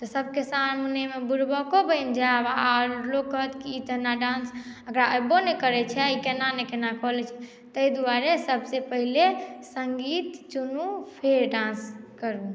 तऽ सभके सामनेमे बुरबको बनि जायब आओर लोक कहत की ई तऽ ने डांस एकरा अएबो नहि करैत छै केना ने केना करैत छै ताहि द्वारे सभसँ पहिले सङ्गीत चुनू फेर डांस करू